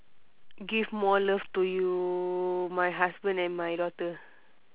give more love to you my husband and my daughter